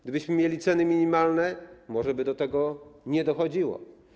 Gdybyśmy mieli ceny minimalne, może by do tego nie dochodziło.